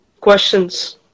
Questions